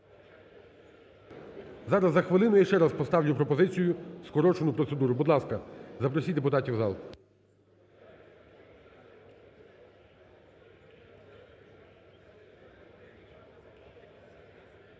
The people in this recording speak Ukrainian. Зараз за хвилину я ще раз поставлю пропозицію, скорочену процедуру. Будь ласка, запросіть депутатів в зал.